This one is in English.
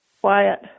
quiet